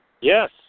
yes